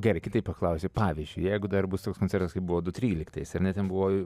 gerai kitaip paklausiu pavyzdžiui jeigu dar bus toks koncertas kaip buvo du tryliktais ir ne ten buvo